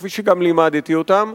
וכפי שגם לימדתי אותם.